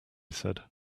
said